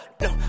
No